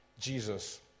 Jesus